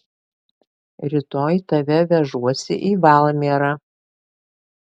rytoj tave vežuosi į valmierą